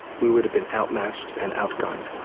we would have been outmatched and outgunned,